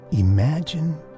Imagine